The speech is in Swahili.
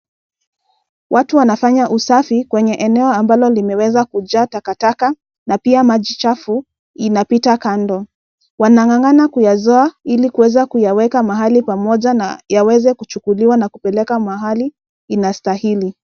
Watu wanafanya usafi kwenye eneo ambalo limeweza kujaa takataka, na pia maji chafu inapita kando. Wanang'ang'ana kuyazoa ili kuweza kuyaweka mahali pamoja na yaweze kuchukuliwa na kupelekwa mahali inastahili.